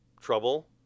Trouble